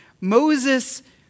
Moses